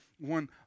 one